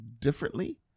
differently